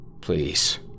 Please